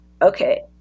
okay